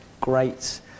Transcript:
great